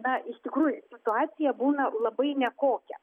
na iš tikrųjų situacija būna labai nekokia